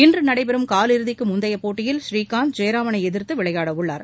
இன்று நடைபெறும் கால் இறுதிக்கு முந்தைய போட்டியில் ஸ்ரீகாந்த் ஜெயராமனை எதிர்த்து விளையாடவுள்ளார்